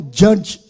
judge